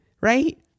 right